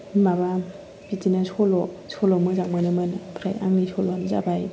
माबा बिदिनो सल' सल' मोजां मोनोमोन ओमफ्राय आंनि सल'आनो जाबाय